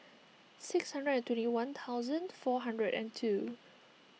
six hundred and twenty one thousand four hundred and two